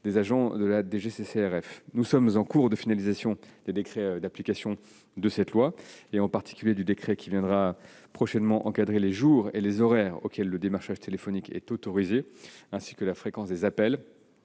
des fraudes (DGCCRF). Nous sommes en cours de finalisation des décrets d'application de cette loi, en particulier du décret qui viendra prochainement encadrer les jours et les horaires auxquels le démarchage téléphonique est autorisé, ainsi que la fréquence des appels.